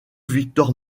victor